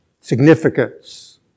significance